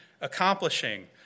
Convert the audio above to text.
accomplishing